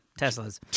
Teslas